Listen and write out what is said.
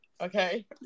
Okay